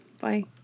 Bye